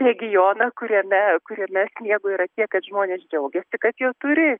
regioną kuriame kuriame sniego yra tiek kad žmonės džiaugiasi kad jo turi